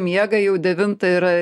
miega jau devintą yra